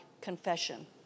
confession